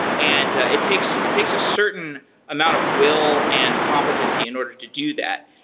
and ah it takes it takes a certain amount of will and competency in order to do that.